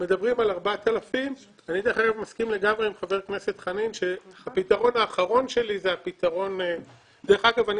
מדברים על 4,000. דרך אגב,